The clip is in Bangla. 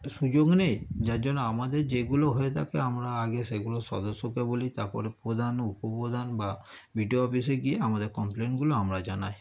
সুযোগ নেই যার জন্য আমাদের যেগুলো হয়ে থাকে আমরা আগে সেগুলো সদস্যকে বলি তার পরে প্রধান উপপ্রধান বা বি ডি ও অফিসে গিয়ে আমাদের কমপ্লেইনগুলো আমরা জানাই